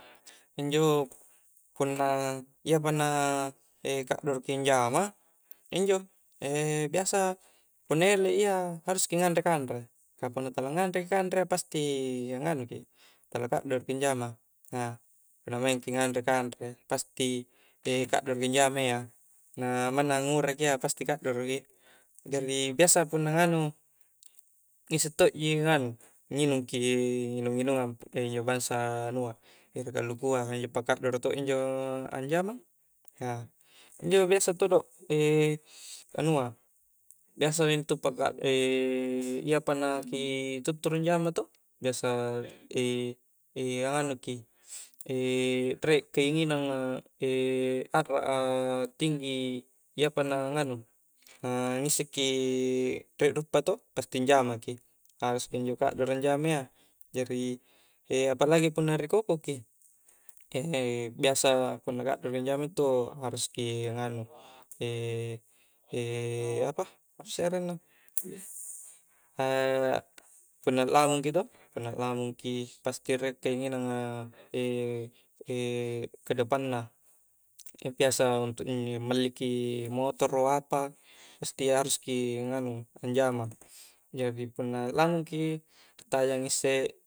Injo' punna' iyapana e' kaddoro'ki anjama injo' e' biasa punna ele i' iya haruski nganre kanre' kaku nu' tala nganre' kanre' pasti anganu'ki tala' kaddoroki anjama' na punna maengki' anre kanre' pasti e' kaddoroki anjama'ya nga manna nguraki iyya pasti ka'doroki jari' biasa punna nganu' isse' to'ji nganu nginungki, nginu-nginuang injo' bangsa anua ere' kalukua' injo' pakkaddoro' to' injo' anjama kah injo' biasa to do', e' anua' biasa intu pakua' e' iya pana ki tutturu'i anjama to' biasa e' anu ki' rekke'nginama a'ra a tinggi iya pa'na nganu na ngisse' ki re' diuppa' to' pasti anjamaki' kah haruski injo' ka'doroki anjama' ya, jari' apalagi punna ri' koko ki e' biasa punna ka'doroki anjama intu' haruski anganu' e' e' apa isse' arengna a' punna lamungki to, punna lamungki pasti re' kkengi na nga' e' kedepanna kah biasa melliki motoro apa pasti iya haruski nganu' anjama jadi punna lamungki' tajang isse'